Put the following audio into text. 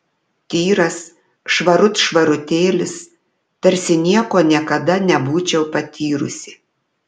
tyras švarut švarutėlis tarsi nieko niekada nebūčiau patyrusi